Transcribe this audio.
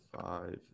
five